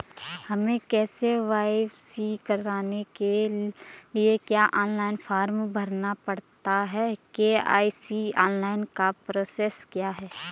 हमें के.वाई.सी कराने के लिए क्या ऑनलाइन फॉर्म भरना पड़ता है के.वाई.सी ऑनलाइन का प्रोसेस क्या है?